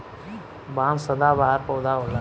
बांस सदाबहार पौधा होला